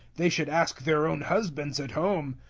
they should ask their own husbands at home.